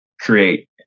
create